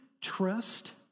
trust